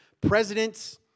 Presidents